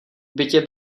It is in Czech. bytě